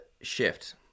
shift